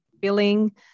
billing